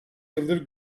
yıldır